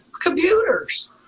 computers